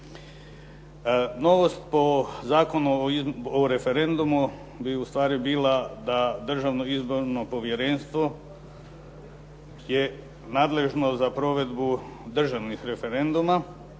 Novost po Zakonu o referendumu bi ustvari bila da Državno izborno povjerenstvo je nadležno za provedbu državnih referenduma